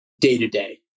day-to-day